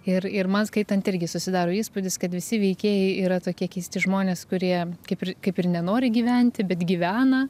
ir ir man skaitant irgi susidaro įspūdis kad visi veikėjai yra tokie keisti žmonės kurie kaip ir kaip ir nenori gyventi bet gyvena